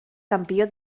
campió